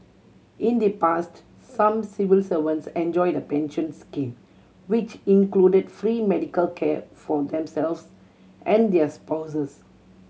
in the past some civil servants enjoyed a pension scheme which included free medical care for themselves and their spouses